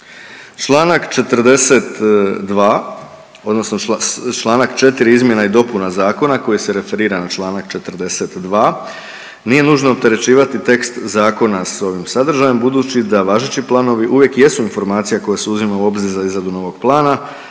Čl. 42, odnosno čl. 4 izmjena i dopuna zakona koji se referiran na čl. 42, nije nužno opterećivati tekst zakona s ovim sadržajem, budući da važeći planovi uvijek jesu informacija koja se uzima u obzir za izradu novog plana,